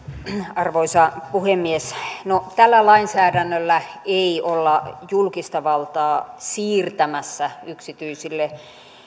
arvoisa puhemies tällä lainsäädännöllä ei olla julkista valtaa siirtämässä yksityisille